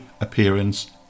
appearance